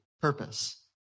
purpose